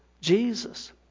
Jesus